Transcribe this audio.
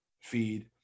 feed